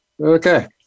Okay